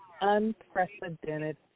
unprecedented